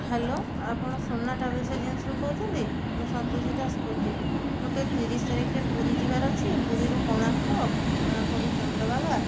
hello ଆପଣ Sona travels ଏଜେନ୍ସିରୁ କହୁଛନ୍ତି ମୁଁ ସନ୍ତୋଷୀ ଦାସ କହୁଛି ମୋତେ ତିରିଶ ତାରିଖରେ ପୁରୀ ଯିବାର ଅଛି ପୁରୀରୁ କୋଣାର୍କ କୋଣାର୍କରୁ ଚନ୍ଦ୍ରଭାଗା